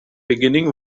beginning